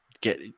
Get